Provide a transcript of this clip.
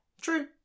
true